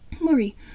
Lori